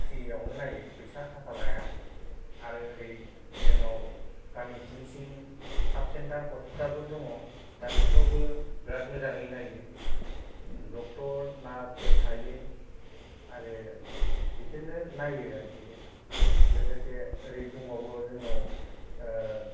फ्रियावनो नायो फैसा थाखा लाया आरो एरै जोंनाव गामि सिं सिं साबसेन्थार हस्पिटेलफोर दङ दा बेफोरावबो बिरात मोजाङै नायो डक्टर नार्सफोर थायो आरो बिसोरनो नायो आर्खि लोगोसे एरै दंबावो जोंनाव आह